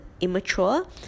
immature